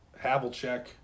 Havlicek